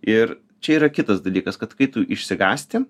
ir čia yra kitas dalykas kad kai tu išsigąsti